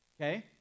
okay